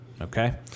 Okay